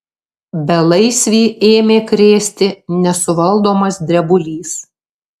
belaisvį ėmė krėsti nesuvaldomas drebulys